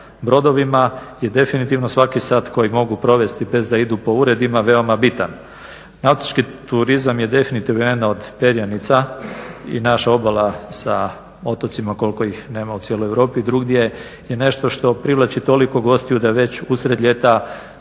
brodovima je definitivno svaki sat koji mogu provesti bez da idu po uredima veoma bitan. Nautički turizam je definitivno jedna od perjanica i naša obala sa otocima koliko ih nema u cijeloj Europi i drugdje je nešto što privlači toliko gostiju da je već uslijed ljeta